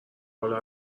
والا